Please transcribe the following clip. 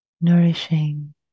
Nourishing